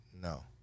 No